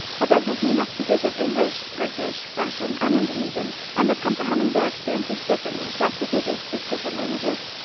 but does this mean that speakers of english, turkish, russian and indonesian end up comprehending their experiences differently just because they speak different languages?